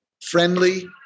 friendly